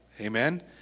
Amen